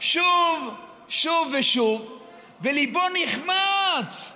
שוב ושוב וליבו נחמץ,